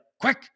quick